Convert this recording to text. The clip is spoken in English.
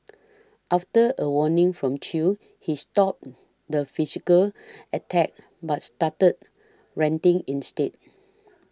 after a warning from Chew he stopped the physical attacks but started ranting instead